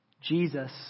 Jesus